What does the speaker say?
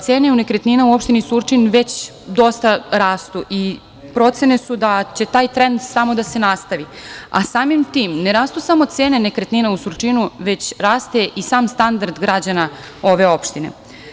Cene nekretnina u opštini Surčin već dosta rastu i procene su da će taj trend samo da se nastavi, a samim tim, ne rastu samo cene nekretnina u Surčinu, već raste i sam standard građana ove opštine.